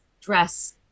dress